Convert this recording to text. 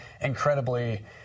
incredibly